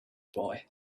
boy